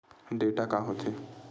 Data का होथे?